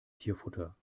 tierfutter